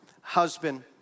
husband